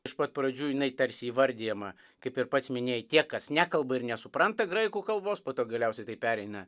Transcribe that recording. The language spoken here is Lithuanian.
iš pat pradžių jinai tarsi įvardijama kaip ir pats minėjai tie kas nekalba ir nesupranta graikų kalbos po to galiausiai tai pereina